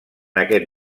aquest